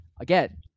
Again